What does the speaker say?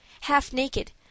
half-naked